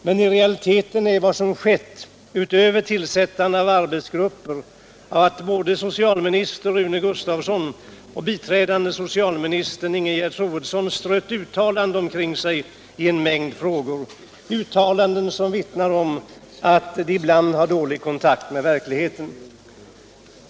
Men i realiteten är vad som skett utöver tillsättandet av arbetsgrupper att både socialminister Rune Gustavsson och biträdande socialministern Ingegerd Troedsson strött uttalanden omkring sig i en mängd frågor, uttalanden som vittnar om att de har dålig kontakt med verkligheten.